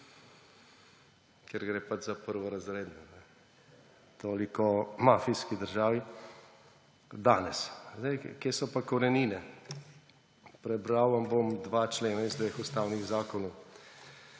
ker gre pač za prvorazredne. Toliko o mafijski državi danes. Kje so pa korenine? Prebral vam bom dva člena iz dveh ustavnih zakonov,